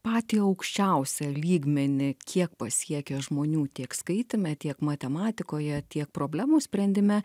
patį aukščiausią lygmenį kiek pasiekia žmonių tiek skaityme tiek matematikoje tiek problemų sprendime